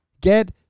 Get